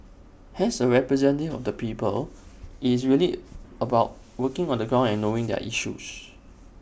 as A representative of the people IT is really about working on the ground and knowing their issues